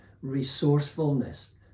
resourcefulness